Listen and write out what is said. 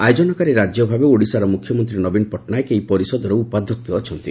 ଆୟୋଜନକାରୀ ରାକ୍ୟ ଭାବେ ଓଡ଼ିଶାର ମୁଖ୍ୟମନ୍ତୀ ନବୀନ ପଟ୍ଟନାୟକ ଏହି ପରିଷଦର ଉପାଧ୍ଘକ୍ଷ ଅଛନ୍ତି